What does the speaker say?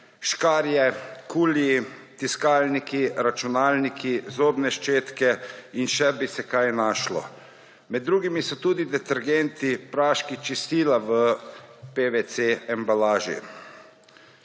škarje, kuliji, tiskalniki, računalniki, zobne ščetke in še bi se kaj našlo. Med drugimi so tudi detergenti, praški, čistila v PVC embalaži.